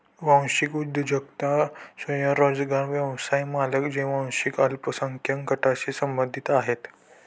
वांशिक उद्योजकता स्वयंरोजगार व्यवसाय मालक जे वांशिक अल्पसंख्याक गटांशी संबंधित आहेत